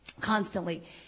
constantly